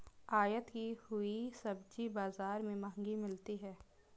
आयत की हुई सब्जी बाजार में महंगी मिलती है